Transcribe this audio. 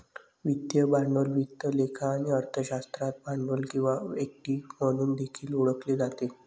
वित्तीय भांडवल वित्त लेखा आणि अर्थशास्त्रात भांडवल किंवा इक्विटी म्हणून देखील ओळखले जाते